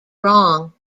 wrong